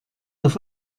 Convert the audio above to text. auf